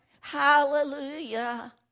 Hallelujah